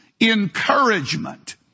encouragement